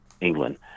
England